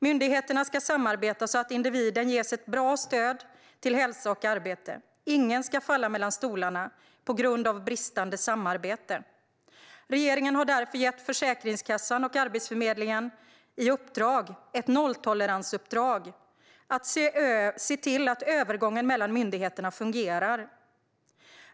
Myndigheterna ska samarbeta så att individen ges ett bra stöd till hälsa och arbete. Ingen ska falla mellan stolarna på grund av bristande samarbete. Regeringen har därför gett Försäkringskassan och Arbetsförmedlingen i uppdrag - ett nolltoleransuppdrag - att se till att övergången mellan myndigheterna fungerar.